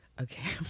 okay